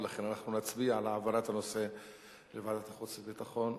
ולכן אנחנו נצביע על העברת הנושא לוועדת החוץ והביטחון.